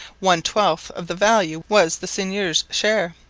one-twelfth of the value was the seigneur's share,